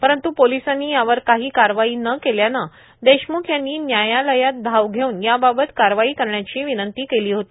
परंतु पोलिसांनी यावर काही कारवाई न केल्यानं देशमुख यांनी न्यायालयात धाव घेवून याबाबत कारवाई करण्याची विनंती केली होती